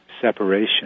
separation